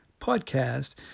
Podcast